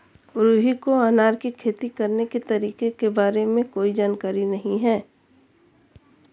रुहि को अनार की खेती करने के तरीकों के बारे में कोई जानकारी नहीं है